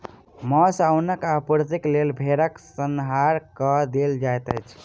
मौस आ ऊनक आपूर्तिक लेल भेड़क संहार कय देल जाइत अछि